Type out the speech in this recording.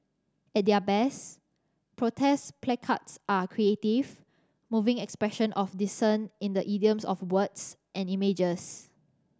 at their best protest placards are creative moving expression of dissent in the idiom of words and images